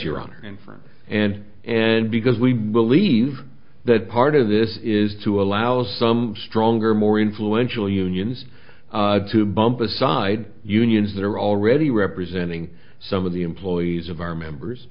your honor in front and and because we believe that part of this is to allow some stronger more influential unions to bump aside unions that are already representing some of the employees of our members